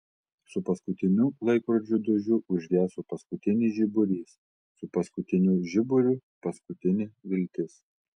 su paskutiniu laikrodžio dūžiu užgeso paskutinis žiburys su paskutiniu žiburiu paskutinė viltis